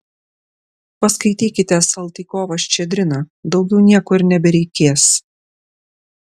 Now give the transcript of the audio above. paskaitykite saltykovą ščedriną daugiau nieko ir nebereikės